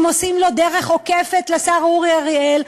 אם עושים לו דרך עוקפת לשר אורי אריאל?